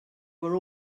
were